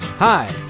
Hi